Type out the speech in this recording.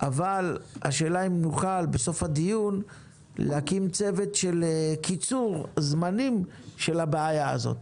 אבל השאלה אם נוכל בסוף הדיון להקים צוות של קיצור זמנים של הבעיה הזאת.